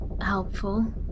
helpful